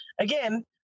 again